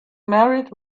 married